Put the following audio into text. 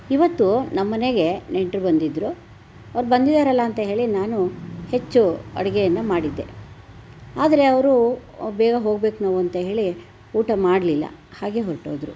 ಇವತ್ತು ನಮ್ಮ ಮನೆಗೆ ನೆಂಟರು ಬಂದಿದ್ದರು ಅವ್ರು ಬಂದಿದ್ದಾರಲ್ಲ ಅಂತ ಹೇಳಿ ನಾನು ಹೆಚ್ಚು ಅಡುಗೆಯನ್ನು ಮಾಡಿದ್ದೆ ಆದರೆ ಅವರು ಬೇಗ ಹೋಗ್ಬೇಕು ನಾವು ಅಂತ ಹೇಳಿ ಊಟ ಮಾಡಲಿಲ್ಲ ಹಾಗೇ ಹೊರ್ಟು ಹೋದರು